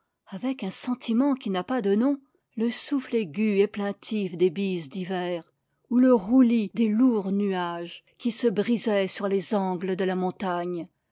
avec un sentiment qui n'a pas de nom le souffle aigu et plaintif des bises d'hiver ou le roulis des lourds nuages qui se brisaient sur les angles de la montagne